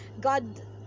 God